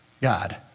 God